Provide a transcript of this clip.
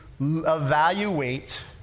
evaluate